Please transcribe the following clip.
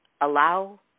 Allow